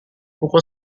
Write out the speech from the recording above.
pukul